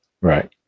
Right